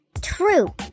True